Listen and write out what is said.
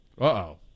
Uh-oh